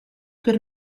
per